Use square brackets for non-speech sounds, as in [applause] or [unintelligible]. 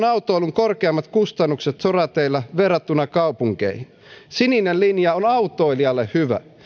[unintelligible] autoilun korkeammat kustannukset sorateillä verrattuna kaupunkeihin sininen linja on autoilijalle hyvä